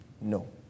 No